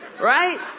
Right